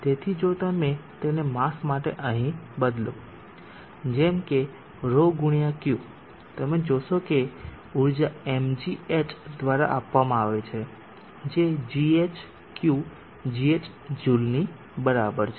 તેથી જો તમે તેને માસ માટે અહીં બદલો જેમ કે 𝜌 ગુણ્યા Q તમે જોશો કે ઊર્જા mgh દ્વારા આપવામાં આવે છે જે ghQgh જૂલ ની બરાબર છે